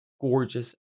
Gorgeous